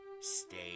stay